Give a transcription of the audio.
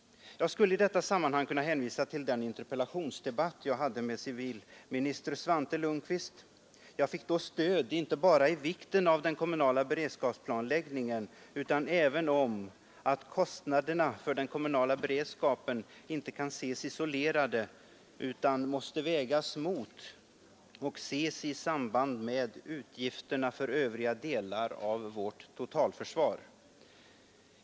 Jag skulle i detta sammanhang kunna hänvisa till den interpellationsdebatt jag hade med civilminister Svante Lundkvist. Jag fick då stöd inte bara när det gällde vikten av den kommunala beredskapsplanläggningen utan även i fråga om att kostnaderna för den kommunala beredskapen inte kan ses isolerade utan måste vägas mot och ses i samband med utgifterna för övriga delar av vårt totalförsvar.